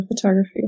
photography